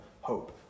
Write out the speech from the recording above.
hope